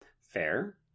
Fair